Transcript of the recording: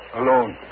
alone